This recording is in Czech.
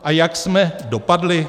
A jak jsme dopadli?